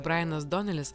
brainas donelis